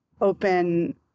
open